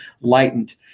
lightened